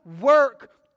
work